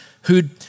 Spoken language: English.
who'd